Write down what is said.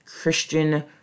Christian